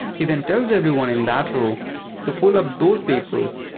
he then tells everyone in that row to pull up those papers.